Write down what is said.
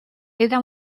era